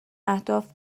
اهداف